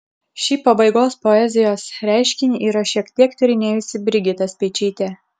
šį pabaigos poezijos reiškinį yra šiek tiek tyrinėjusi brigita speičytė